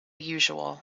usual